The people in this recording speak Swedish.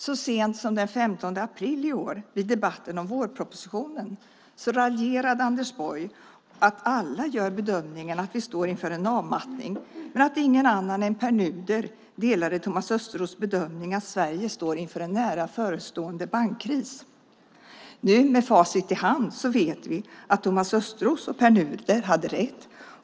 Så sent som den 15 april i år, vid debatten om vårpropositionen, raljerade Anders Borg att alla gör bedömningen att vi står inför en avmattning men att ingen annan än Pär Nuder delade Thomas Östros bedömning att Sverige står inför en nära förestående bankkris. Med facit i hand vet vi att Thomas Östros och Pär Nuder hade rätt.